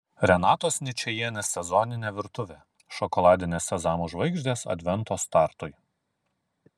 renatos ničajienės sezoninė virtuvė šokoladinės sezamų žvaigždės advento startui